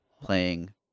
playing